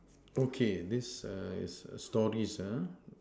okay this err is a stories uh